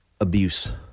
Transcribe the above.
abuse